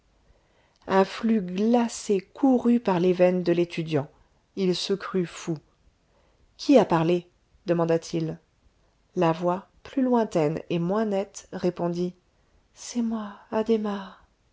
un flux glacé courut par les veines de l'étudiant il se crut fou qui a parlé demanda-t-il la voix plus lointaine et moins nette répondit c'est moi